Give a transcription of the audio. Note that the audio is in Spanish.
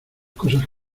cosas